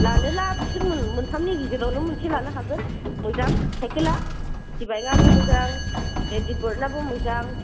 लानोब्ला बिसोर मोनथामनि गेजेरावनो मोनसे लानो हागोन मोजां साइकेला सिटि बाइकआबो मोजां लेडिबार्दनाबो मोजां